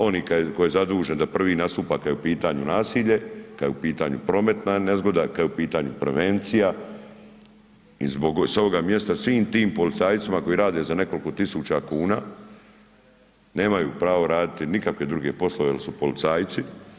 Oni koji je zadužen da prvi nastupa kad je u pitanju nasilje, kad je u pitanju prometna nezgoda, kad je u pitanju prevencija i s ovoga mjesta svim tim policajcima koji rade za nekoliko tisuća kuna, nemaju pravo raditi nikakve druge poslove jer su policajci.